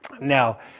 Now